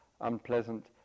unpleasant